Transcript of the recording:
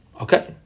Okay